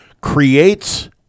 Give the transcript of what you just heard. creates